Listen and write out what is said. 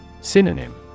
Synonym